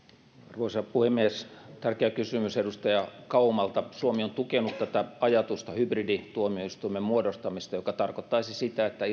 arvoisa puhemies tärkeä kysymys edustaja kaumalta suomi on tukenut tätä ajatusta hybridituomioistuimen muodostamisesta joka tarkoittaisi sitä että